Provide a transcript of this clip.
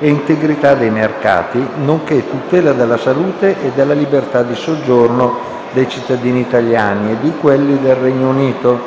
e integrità dei mercati, nonché tutela della salute e della libertà di soggiorno dei cittadini italiani e di quelli del Regno Unito,